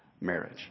marriage